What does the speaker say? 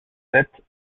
sept